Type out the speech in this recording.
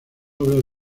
obras